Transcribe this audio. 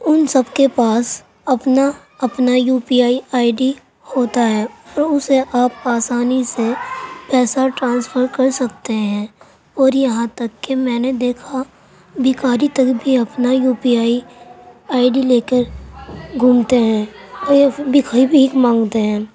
ان سب کے پاس اپنا اپنا U P I I D ہوتا ہے اور اسے آپ آسانی سے پیسہ ٹرانسفر کر سکتے ہیں اور یہاں تک کہ میں نے دیکھا بھکاری تک بھی اپنا U P I I D لے کر گھومتے ہیں اور یہ بھیک مانگتے ہیں